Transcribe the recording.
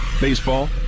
Baseball